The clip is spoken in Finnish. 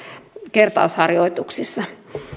kertausharjoituksissa